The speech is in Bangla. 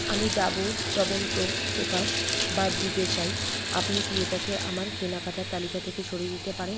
আমি ডাবর চ্যবন প্র প্রকাশ বাদ দিতে চাই আপনি কি এটাকে আমার কেনাকাটার তালিকা থেকে সরিয়ে দিতে পারেন